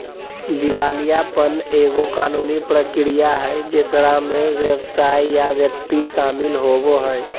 दिवालियापन एगो कानूनी प्रक्रिया हइ जेकरा में व्यवसाय या व्यक्ति शामिल होवो हइ